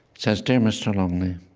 says, dear mr. longley,